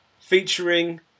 featuring